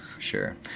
sure